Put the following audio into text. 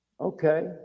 Okay